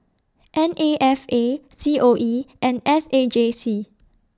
N A F A C O E and S A J C